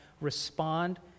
respond